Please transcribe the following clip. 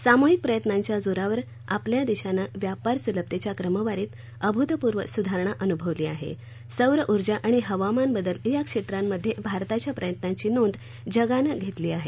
सामूहिक प्रयत्नांच्या जोरावर आपल्या देशानं व्यापार सुलभतेच्या क्रमवारीत अभूतपूर्व सुधारणा अनुभवली आहे सौरऊर्जा आणि हवामान बदल या क्षेत्रांमध्ये भारताच्या प्रयत्नांची नोंद जगानं घेतली आहे